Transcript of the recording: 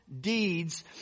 deeds